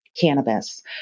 cannabis